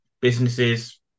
businesses